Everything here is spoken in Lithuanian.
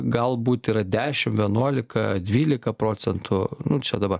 galbūt yra dešim vienuolika dvylika procentų nu čia dabar